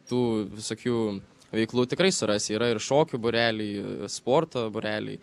tų visokių veiklų tikrai surasi yra ir šokių būreliai sporto būreliai